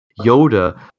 Yoda